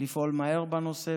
לפעול מהר בנושא,